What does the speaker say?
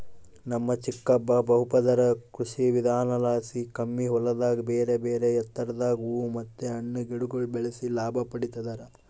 ನಮ್ ಚಿಕ್ಕಪ್ಪ ಬಹುಪದರ ಕೃಷಿವಿಧಾನಲಾಸಿ ಕಮ್ಮಿ ಹೊಲದಾಗ ಬೇರೆಬೇರೆ ಎತ್ತರದಾಗ ಹೂವು ಮತ್ತೆ ಹಣ್ಣಿನ ಗಿಡಗುಳ್ನ ಬೆಳೆಸಿ ಲಾಭ ಪಡಿತದರ